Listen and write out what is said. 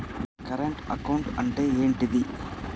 Current account అంటే ఏంటిది?